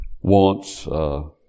wants